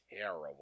terrible